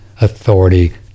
authority